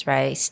Right